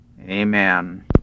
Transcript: Amen